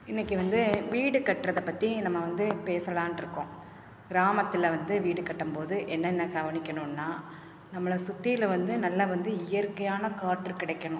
இன்னைக்கு வந்து வீடு கட்டுறதப் பற்றி நம்ம வந்து பேசலாம்ட்டு இருக்கோம் கிராமத்தில் வந்து வீடு கட்டும் போது என்னென்ன கவனிக்கணும்னா நம்மளை சுற்றில வந்து நல்லா வந்து இயற்கையான காற்று கிடைக்கணும்